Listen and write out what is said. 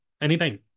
anytime